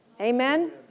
Amen